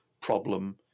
problem